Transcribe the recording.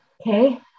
okay